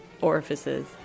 orifices